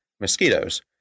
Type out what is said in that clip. mosquitoes